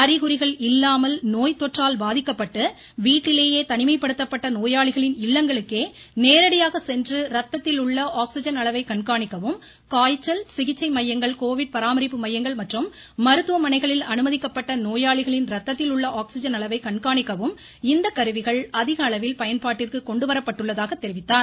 அறிகுறிகள் இல்லாமல் நோய் தொற்றால் பாதிக்கப்பட்டு வீட்டிலேயே தனிமைப்படுத்தப்பட்ட நோயாளிகளின் இல்லங்களுக்கே நேரடியாக சென்று ரத்தத்தில் உள்ள ஆகிஸிஜன் அளவை கண்காணிக்கவும் காய்ச்சல் சிகிச்சை மையங்கள் கோவிட் பராமரிப்பு மையங்கள் மற்றும் மருத்துவமனைகளில் அனுமதிக்கப்பட்ட நோயாளிகளின் ரத்தத்தில் உள்ள ஆக்ஸிஜன் அளவை கண்காணிக்கவும் இந்த கருவிகள் அதிக அளவில் பயன்பாட்டிற்கு கொண்டுவரப்பட்டுள்ளதாக தெரிவித்தார்